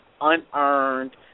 unearned